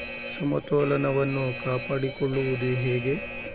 ಸಮತೋಲನವನ್ನು ಕಾಪಾಡಿಕೊಳ್ಳುವುದು ಹೇಗೆ?